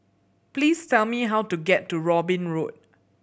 please tell me how to get to Robin Road